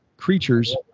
creatures